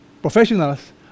professionals